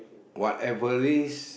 whatever is